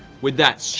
with that,